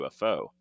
ufo